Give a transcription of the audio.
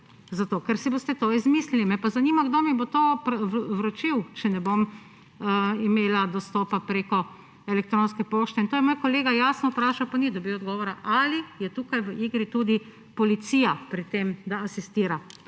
ker si boste to izmislili. Me pa zanima, kdo mi bo to vročil, če ne bom imela dostopa preko elektronske pošte. To je moj kolega jasno vprašal, pa ni dobil odgovora. Ali je tukaj v igri tudi policija pri tem, da asistira?